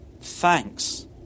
Thanks